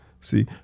See